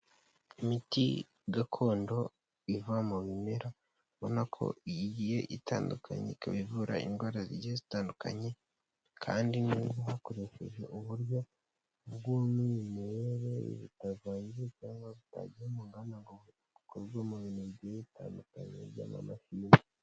Imiti gakondo iva mu bimera ubona ko igiye itandukanye, ikaba ivura indwara zigiye zitandukanye, kandi nabwo hakoreshejwe uburyo bw'umwimerere, butavangiye cyangwa bitagiye mu nganda ngo bikorwe mu bintu bigiye bitandukanye by'amamashini.